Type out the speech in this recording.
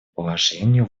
положению